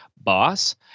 boss